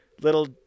little